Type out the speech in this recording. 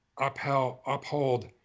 uphold